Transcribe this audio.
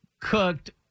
cooked